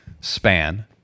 span